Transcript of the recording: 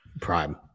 Prime